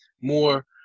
more